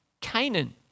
Canaan